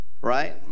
right